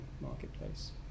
marketplace